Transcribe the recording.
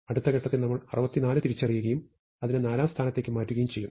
അടുത്ത ഘട്ടത്തിൽ നമ്മൾ 64 തിരിച്ചറിയുകയും അതിനെ നാലാം സ്ഥാനത്തേക്ക് മാറ്റുകയും ചെയ്യും